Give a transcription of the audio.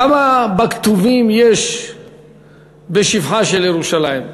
כמה יש בכתובים בשבחה של ירושלים.